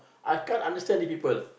I can't understand these people